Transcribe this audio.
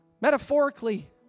Metaphorically